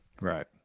Right